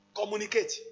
Communicate